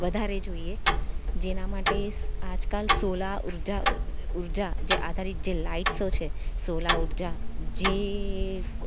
વધારે જોઈએ જેના માટે આજ કાલ સોલાર ઉર્જા ઉર્જા જે આધારીત છે જે લાઇટસો છે સોલા ઉર્જા જે